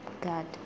God